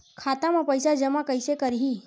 खाता म पईसा जमा कइसे करही?